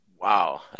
Wow